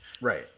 right